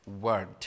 Word